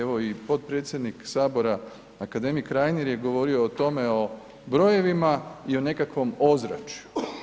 Evo i potpredsjednik Sabora akademik Reiner je govorio o tome, o brojevima i o nekakvom ozračju.